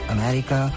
America